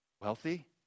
Wealthy